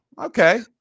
Okay